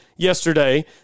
yesterday